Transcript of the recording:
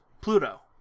Pluto